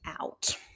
out